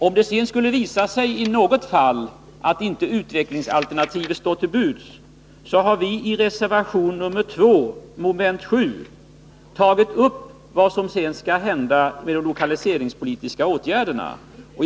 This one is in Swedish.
Vi har i reservation 2, mom. 7, tagit upp vad som skall hända med de lokaliseringspolitiska åtgärderna, om det i något fall skulle visa sig att utvecklingsalternativ inte står till buds.